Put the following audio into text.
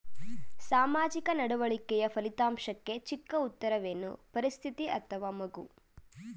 ಸಾಮಾಜಿಕ ನಡವಳಿಕೆಯ ಫಲಿತಾಂಶಕ್ಕೆ ಚಿಕ್ಕ ಉತ್ತರವೇನು? ಪರಿಸ್ಥಿತಿ ಅಥವಾ ಮಗು?